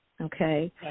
Okay